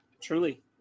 Truly